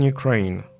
Ukraine